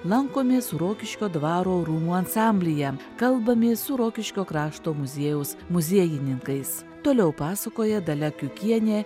lankomės rokiškio dvaro rūmų ansamblyje kalbamės su rokiškio krašto muziejaus muziejininkais toliau pasakoja dalia kiukienė